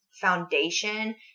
foundation